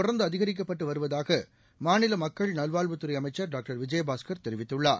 தொடர்ந்துஅதிகரிக்கப்பட்டுவருவதாகமாநிலமக்கள் நல்வாழ்வுத்துறைஅமைச்சர் டாக்டேர் விஜயபாஸ்கர் தெரிவித்துள்ளார்